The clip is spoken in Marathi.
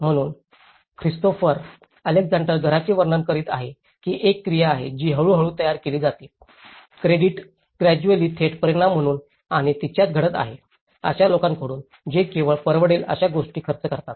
म्हणून ख्रिस्तोफर अलेक्झांडर घराचे वर्णन करीत आहे की एक क्रिया आहे जी 'हळूहळू तयार केली जाते क्रीटेड ग्रॅड्युअल्लीचा थेट परिणाम म्हणून आणि तिच्यात घडत आहे' अशा लोकांकडून जे केवळ परवडेल अशा गोष्टी खर्च करतात